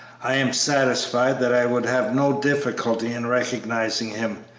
i am satisfied that i would have no difficulty in recognizing him,